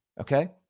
okay